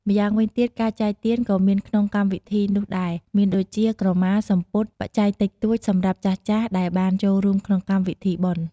ម្យ៉ាងវិញទៀតការចែកទានក៏មានក្នុងកម្មវិធីនោះដែលមានដូចជា ក្រមា សំពត់ បច្ច័យតិចតួចសម្រាប់ចាស់ៗដែលបានចូលរួមក្នុងកម្មវិធីបុណ្យ។